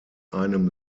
einem